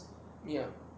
ya